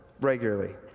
regularly